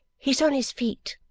he's on his feet